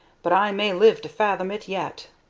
but i may live to fathom it yet.